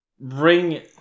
bring